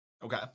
okay